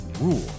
rule